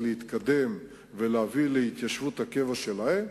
להתקדם ולהביא להתיישבות הקבע שלהם,